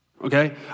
Okay